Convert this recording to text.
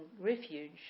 refuge